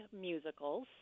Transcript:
musicals